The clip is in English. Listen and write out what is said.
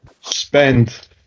spend